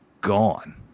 gone